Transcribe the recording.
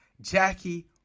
Jackie